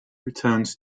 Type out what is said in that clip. returns